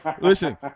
Listen